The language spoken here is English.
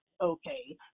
okay